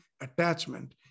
attachment